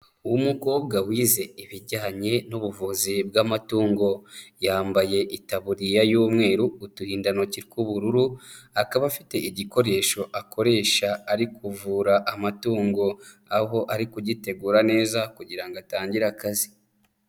Umukobwa wize ibijyanye n'ubuvuzi bw'amatungo. Yambaye itaburiya y'umweru, uturindantoki tw'ubururu, akaba afite igikoresho akoresha ari kuvura amatungo. Aho ari kugitegura neza kugira ngo atangire akazi.